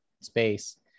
space